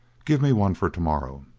give me one for tomorrow.